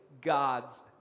God's